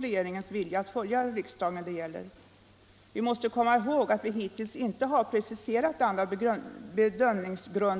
linje om 6 milj.kr.